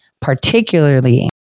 particularly